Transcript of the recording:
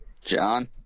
John